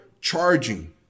charging